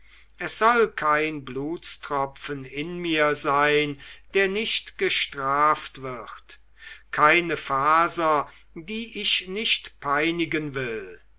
es soll kein blutstropfen in mir sein der nicht gestraft wird keine faser die ich nicht peinigen will